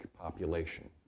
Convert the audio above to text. population